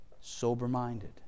sober-minded